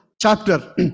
chapter